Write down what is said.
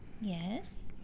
Yes